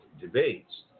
debates